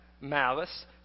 malice